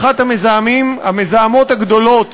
אחת המזהמות הגדולות